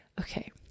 okay